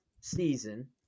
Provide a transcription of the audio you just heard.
season